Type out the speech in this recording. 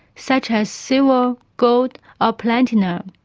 such as silver, gold or platinum.